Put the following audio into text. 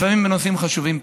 לפעמים בנושאים חשובים פחות.